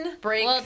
break